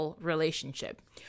relationship